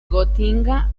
gotinga